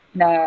na